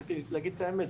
צריך להגיד את האמת,